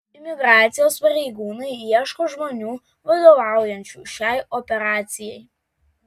imigracijos pareigūnai ieško žmonių vadovaujančių šiai operacijai